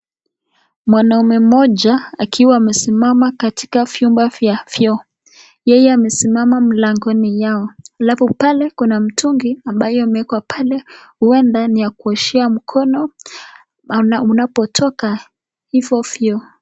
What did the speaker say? Mwanaume mmoja akiwa amesiamama katika vyumba vya vyoo. Yeye amesimama mlangoni yao. Alafu pale kuna mtungi ambayo imewekwa pale huenda ni ya kuoshea mkono unapotoka hizo vyoo.